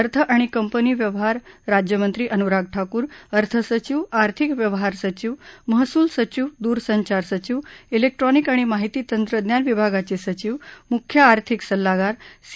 अर्थ आणि कंपनी व्यवहार राज्यमंत्री अनुराग ठाकूर अर्थसचिव आर्थिक व्यवहार सचिव महसूल सचिव दूरसंचार सचिव िकेस्ट्रोनिक आणि माहिती तंत्रज्ञान विभागाच ििचिव मुख्य आर्थिक सल्लागार सी